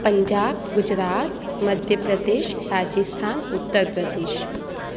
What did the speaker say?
Punjab Gujarat Madhya Pradesh Rajasthan Uttar Pradesh